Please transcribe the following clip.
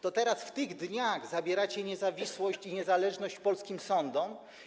To teraz, w tych dniach, zabieracie niezawisłość i niezależność polskim sądom.